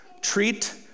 treat